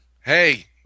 Hey